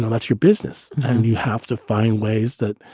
that's your business. and you have to find ways that